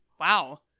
Wow